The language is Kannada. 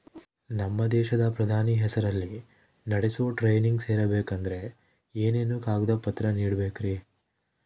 ನಮ್ಮ ದೇಶದ ಪ್ರಧಾನಿ ಹೆಸರಲ್ಲಿ ನಡೆಸೋ ಟ್ರೈನಿಂಗ್ ಸೇರಬೇಕಂದರೆ ಏನೇನು ಕಾಗದ ಪತ್ರ ನೇಡಬೇಕ್ರಿ?